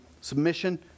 submission